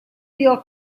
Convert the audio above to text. your